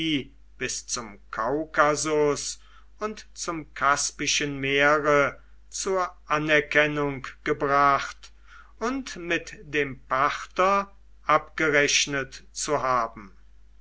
bis zum kaukasus und zum kaspischen meere zur anerkennung gebracht und mit dem parther abgerechnet zu haben